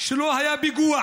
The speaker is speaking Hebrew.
שלא היה פיגוע